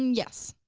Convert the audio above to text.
yes.